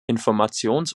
informations